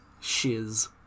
shiz